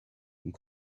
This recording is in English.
you